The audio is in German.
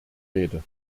rede